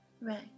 Right